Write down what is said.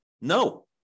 No